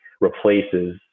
replaces